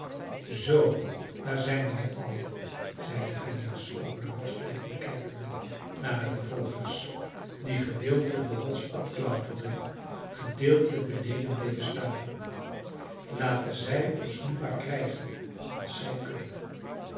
zoo daar zijn wij allen zeide phineas over de borstwering kijkende naar de vervolgers die gedeeltelijk de rots opklauterden gedeeltelijk beneden bleven staan laten zij ons maar krijgen als zij kunnen